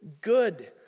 good